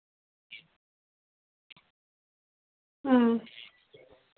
হুম